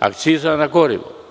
akciza na gorivo.